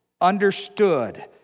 understood